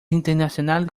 internacional